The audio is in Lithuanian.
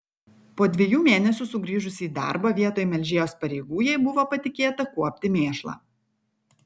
po dviejų mėnesių sugrįžusi į darbą vietoj melžėjos pareigų jai buvo patikėta kuopti mėšlą